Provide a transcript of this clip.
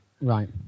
right